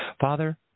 Father